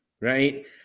right